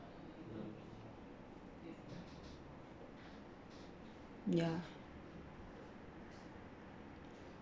ya